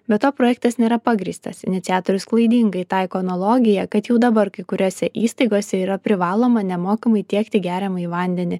be to projektas nėra pagrįstas iniciatorius klaidingai taiko analogiją kad jau dabar kai kuriose įstaigose yra privaloma nemokamai tiekti geriamąjį vandenį